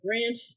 Grant